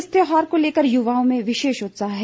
इस त्योहार को लेकर युवाओं में विशेष उत्साह है